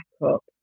backup